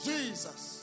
Jesus